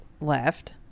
left